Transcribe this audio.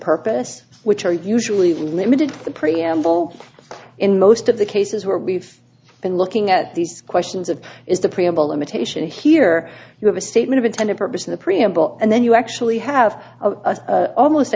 purpose which are usually limited to the preamble in most of the cases where we've been looking at these questions of is the preamble limitation here you have a statement intended purpose in the preamble and then you actually have a almost